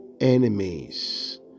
enemies